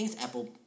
Apple